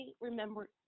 remember